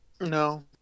no